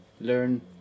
learn